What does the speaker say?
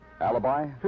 Alibi